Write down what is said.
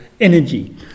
energy